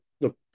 look